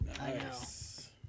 Nice